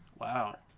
wow